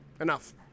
Enough